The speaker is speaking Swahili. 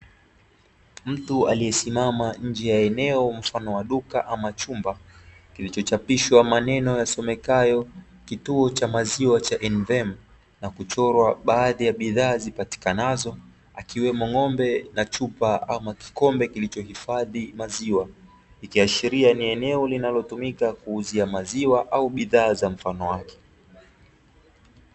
Mtu aliyesimama nje ya eneo mfano wa duka ama chumba kilicho chapishwa maneno yasomekayo "Kituo cha maziwa cha NVEM" na kuchorwa baadhi ya bidhaa zipatikanazo akiwemo ng'ombe na chupa ama kikombe kilicho hifadhi maziwa, ikiashiria ni eneo linalotumika kuuzia maziwa au bidhaa za mfano wake.